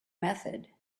method